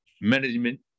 management